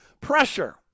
Pressure